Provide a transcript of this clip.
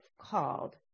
called